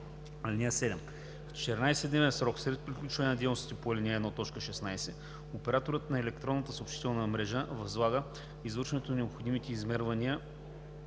(7) В 14-дневен срок след приключване на дейностите по ал. 1, т. 16 операторът на електронната съобщителна мрежа възлага извършването на необходимите измервания